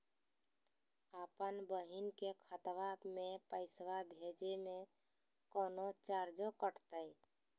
अपन बहिन के खतवा में पैसा भेजे में कौनो चार्जो कटतई?